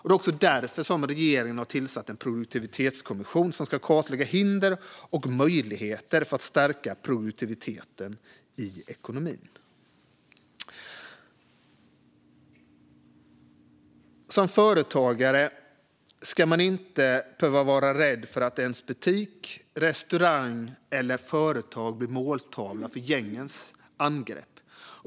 Det är därför regeringen har tillsatt en produktivitetskommission som ska kartlägga hinder och möjligheter för att stärka produktiviteten i ekonomin. Som företagare ska man inte behöva vara rädd för att ens butik, restaurang eller företag ska bli måltavla för gängens angrepp.